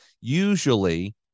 usually